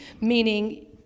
meaning